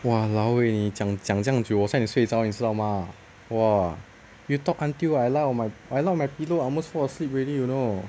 !walao! eh 你讲讲这样久我差一点睡着吗你知道吗 !wah! you talk until I lie on I lie on my pillow I almost fall asleep already you know